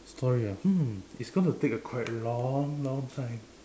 story ah hmm it's going to take a quite long long time